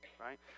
right